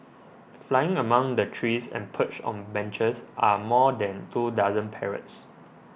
flying among the trees and perched on benches are more than two dozen parrots